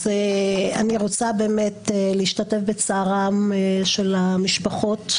אני רוצה באמת להשתתף בצערן של המשפחות,